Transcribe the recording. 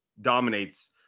dominates